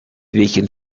beacon